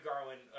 Garland